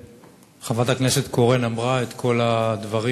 וחברת הכנסת קורן אמרה את כל הדברים